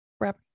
wrap